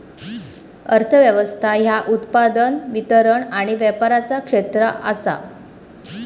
अर्थ व्यवस्था ह्या उत्पादन, वितरण आणि व्यापाराचा क्षेत्र आसा